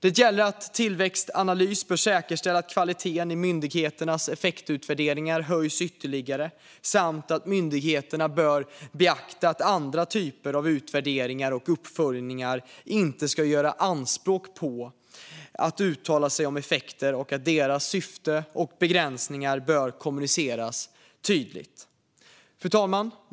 Det handlar om att Tillväxtanalys bör säkerställa att kvaliteten hos myndigheternas effektutvärderingar höjs ytterligare och om att myndigheterna bör beakta att andra typer av utvärderingar och uppföljningar inte ska göra anspråk på att uttala sig om effekter och att deras syften och begränsningar bör kommuniceras tydligt. Fru talman!